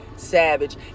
savage